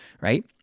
right